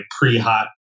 pre-hot